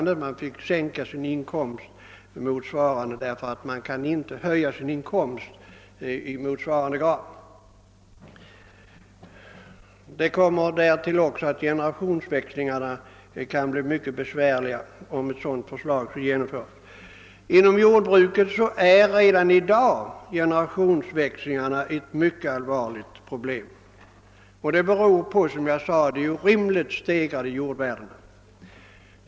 Företagarna finge sänka sin egen inkomst, ty de kan inte höja den så att den kompenserar skattestegringen i tillräcklig grad. Till detta kommer att generationsväxlingarna kan bli mycket besvärliga, om kapitalbeskattningsförslaget genomförs. Inom jordbruket är redan i dag generationsväxlingarna ett mycket allvarligt problem, beroende på — som jag nämnde — de orimligt stegrade jordvärdena.